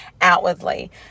outwardly